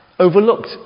Overlooked